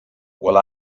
well